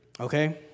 Okay